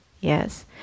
yes